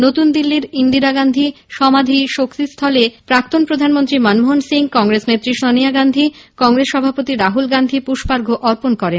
নতুনদিল্লিতে ইন্দিরাগান্ধীর সমাধি শক্তিস্থলে প্রাক্তন প্রধানমন্ত্রী মনমোহন সিং কংগ্রেস নেত্রী সোনিয়া গান্ধী কংগ্রেস সভাপতি রাহুল গান্ধী পুষ্পার্ঘ অর্পণ করেন